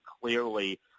clearly